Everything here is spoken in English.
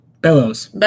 Bellows